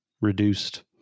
reduced